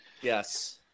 yes